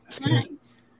nice